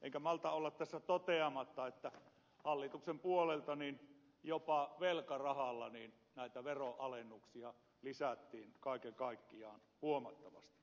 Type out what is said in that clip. enkä malta olla tässä toteamatta että hallituksen puolelta jopa velkarahalla näitä veronalennuksia lisättiin kaiken kaikkiaan huomattavasti